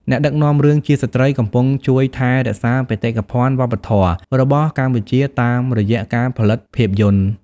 អ្នកដឹកនាំរឿងជាស្ត្រីកំពុងជួយថែរក្សាបេតិកភណ្ឌវប្បធម៌របស់កម្ពុជាតាមរយៈការផលិតភាពយន្ត។